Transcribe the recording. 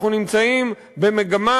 אנחנו נמצאים במגמה,